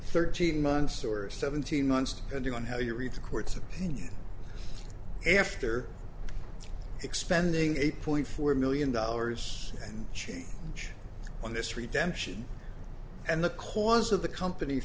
thirteen months or seventeen months can do on how you read the court's opinion after expending eight point four million dollars and change on this retention and the cause of the compan